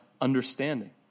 understanding